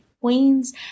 Queens